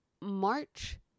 march